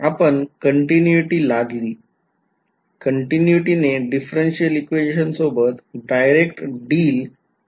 आपण continuity लादली continuity ने differential equation सोबत डायरेक्ट डील केला का